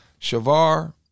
Shavar